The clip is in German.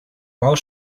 maus